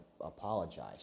apologize